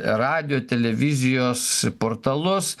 radijo televizijos portalus